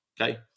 Okay